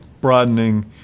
broadening